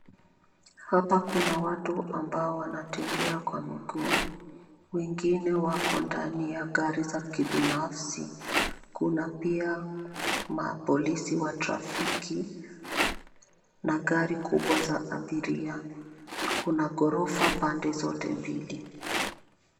Hapa kuna watu ambao wanatembea kwa miguu, wengine wako ndani ya gari za kibinafsi. Kuna pia mapolisi wa trafiki na gari kubwa za abiria. Kuna ghorofa pande zote mbili.